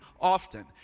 often